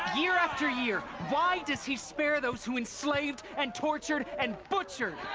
year after year. why does he spare those who enslaved. and tortured, and butchered?